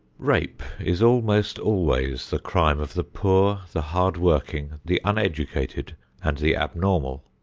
rape is almost always the crime of the poor, the hardworking, the uneducated and the abnormal.